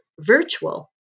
virtual